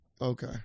Okay